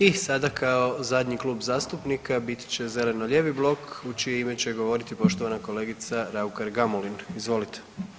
I sada kao zadnji Klub zastupnika bit će zeleno-lijevi blok u čije ime će govoriti poštovana kolegica Raukar Gamulin, izvolite.